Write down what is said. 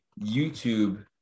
YouTube